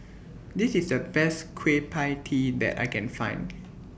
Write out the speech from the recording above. This IS The Best Kueh PIE Tee that I Can Find